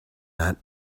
that